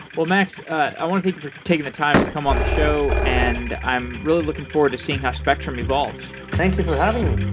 well, max i want to taking the time to come on the show, and i'm really looking forward to seeing how spectrum evolves thank you for having me